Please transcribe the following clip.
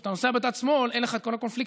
כשאתה נוסע בצד שמאל אין לך כל הקונפליקטים,